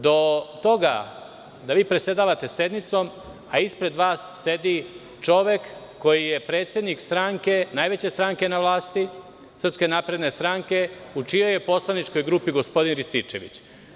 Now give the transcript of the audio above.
Do toga da vi predsedavate sednicom a ispred vas sedi čovek koji je predsednik stranke, najveće stranke na vlasti SNS, u čijoj je poslaničkoj grupi gospodin Rističević.